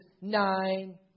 nine